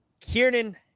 Kiernan